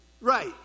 Right